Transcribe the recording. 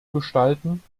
gestalten